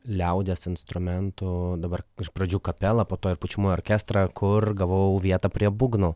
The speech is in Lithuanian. liaudies instrumentų dabar iš pradžių kapelą po to ir pučiamųjų orkestrą kur gavau vietą prie būgnų